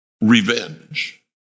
revenge